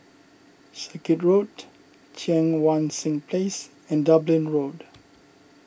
Circuit Road Cheang Wan Seng Place and Dublin Road